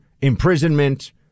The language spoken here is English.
imprisonment